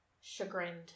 chagrined